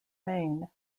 maine